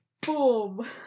boom